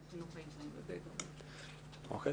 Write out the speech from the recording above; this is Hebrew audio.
--- נראה